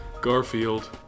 Garfield